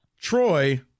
Troy